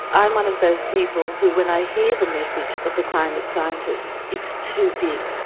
i'm one of those people who when i hear the message of the climate scientists, it's too big,